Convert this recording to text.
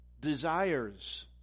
desires